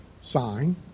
sign